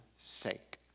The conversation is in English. sake